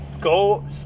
Go